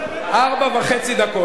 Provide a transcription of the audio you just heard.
ארבע דקות וחצי.